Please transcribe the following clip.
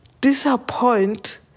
disappoint